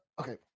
Okay